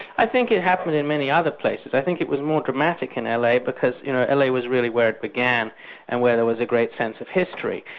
i think it happened in many other places. i think it was more dramatic in l. a. because you know l. a. was really where it began and where there was a great sense of history.